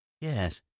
Yes